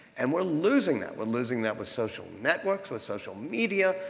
and we're losing that. we're losing that with social networks, with social media,